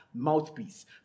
mouthpiece